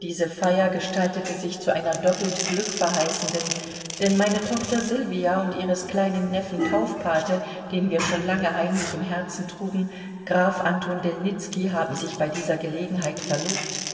diese feier gestaltete sich zu einer doppelt glückverheißenden denn meine tochter sylvia und ihres kleinen neffen taufpate den wir schon lange heimlich im herzen trugen graf anton delnitzky haben sich bei dieser gelegenheit verlobt